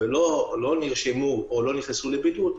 ולא נרשמו או לא נכנסו לבידוד.